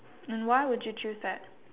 um why would you choose that